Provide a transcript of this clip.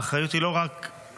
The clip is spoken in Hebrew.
האחריות היא לא חד-צדדית,